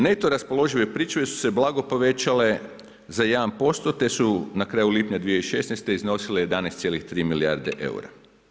Neto raspoložive pričuve su se blago povećale za 1% te su na kraju lipnja 2016. iznosile 11,3 milijarde eura.